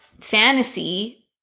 fantasy